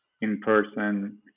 in-person